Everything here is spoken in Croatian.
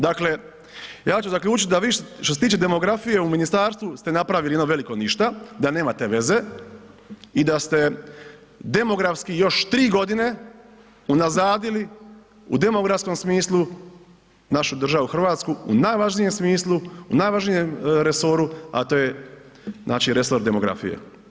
Dakle, ja ću zaključiti da vi što se tiče demografije u ministarstvu ste napravili jedno veliko ništa, da nemate veze i da ste demografski još 3 godine unazadili u demografskom smislu našu državu Hrvatsku u najvažnijem smislu, u najvažnijem resoru, a to je znači resor demografije.